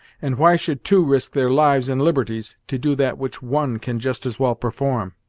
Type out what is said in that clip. and why should two risk their lives and liberties, to do that which one can just as well perform?